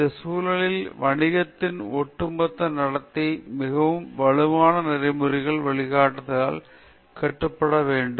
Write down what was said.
இந்த சூழலில் வணிகத்தின் ஒட்டுமொத்த நடத்தை மிகவும் வலுவான நெறிமுறை வழிகாட்டுதல்களால் கட்டுப்படுத்தப்பட வேண்டும்